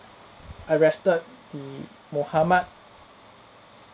arrested the muhammad